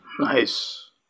nice